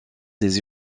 des